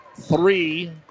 three